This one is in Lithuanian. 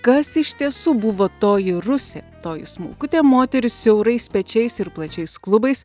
kas iš tiesų buvo toji rusė toji smulkutė moteris siaurais pečiais ir plačiais klubais